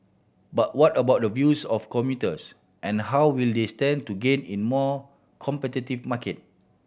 but what about the views of commuters and how will they stand to gain in more competitive market